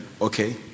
Okay